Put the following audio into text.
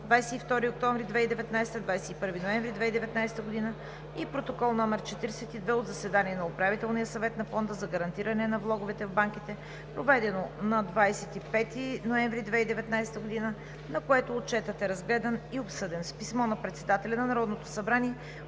22 октомври 2019 г. – 21 ноември 2019 г. и Протокол № 42 от заседание на Управителния съвет на Фонда за гарантиране на влоговете в банките, проведено на 25 ноември 2019 г., на което Отчетът е разгледан и обсъден. С писмо на председателя на Народното събрание